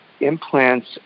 Implants